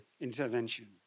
intervention